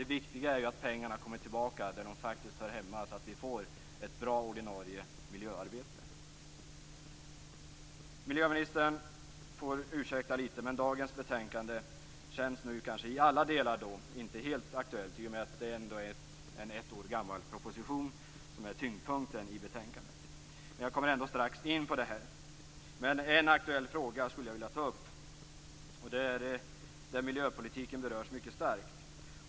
Det viktiga är att pengarna kommer tillbaka där de hör hemma så att vi får ett bra ordinarie miljöarbete. Miljöministern får ursäkta lite, men dagens betänkande känns i alla delar inte helt aktuellt i och med att det ändå är en ett år gammal proposition som är tyngdpunkten i betänkandet. Jag kommer ändå strax in på det. En aktuell fråga skulle jag vilja ta upp där miljöpolitiken berörs mycket starkt.